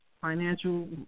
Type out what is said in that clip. Financial